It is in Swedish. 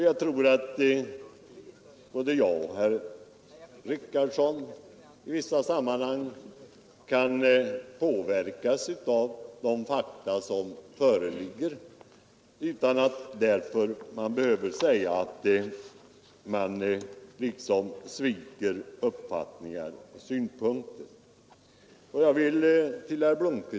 Jag tror också att både herr Richardson och jag i vissa sammanhang kan påverkas av de fakta som föreligger, utan att någon därför skall kunna säga att vi frångår våra uppfattningar och ändrar vår ståndpunkt.